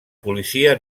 policia